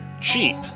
cheap